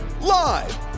Live